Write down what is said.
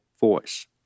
voice